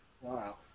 Wow